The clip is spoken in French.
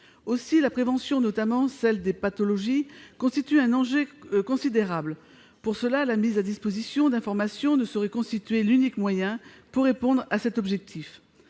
Aussi, la prévention, notamment celle des pathologies, constitue un enjeu considérable. Dans cette perspective, la mise à disposition d'informations ne saurait constituer l'unique moyen pour répondre à cet objectif.